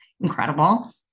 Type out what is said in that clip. incredible